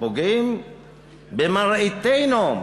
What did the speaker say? שפוגעים במראיתנו,